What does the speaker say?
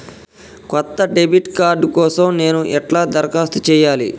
కొత్త debit card కోసం నేను ఎట్లా దరఖాస్తు చేయాలి?